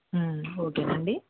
ఓకేనండి